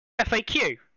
faq